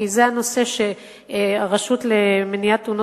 כי זה הנושא שהרשות למניעת תאונות